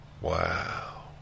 Wow